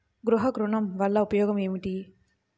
గృహ ఋణం వల్ల ఉపయోగం ఏమి?